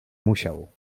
musiał